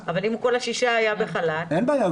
אין בעיה,